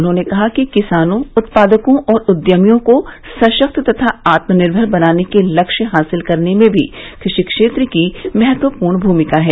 उन्होंने कहा कि किसानों उत्पादकों और उद्यमियों को सशक्त तथा आत्मनिर्भर बनाने के लक्ष्य हासिल करने में भी कृषि क्षेत्र की महत्वपूर्ण भूमिका है